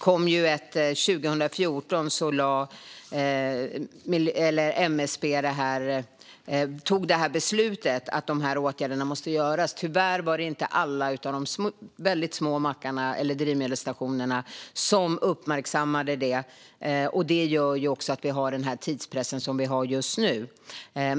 År 2014 tog MSB beslutet att åtgärderna måste göras. Tyvärr var det inte alla väldigt små mackar eller drivmedelsstationer som uppmärksammade detta. Det gör att vi har den tidspress som just nu finns.